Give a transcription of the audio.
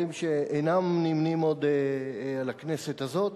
שאינם נמנים עוד עם חברי הכנסת הזאת.